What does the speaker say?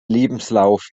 lebenslauf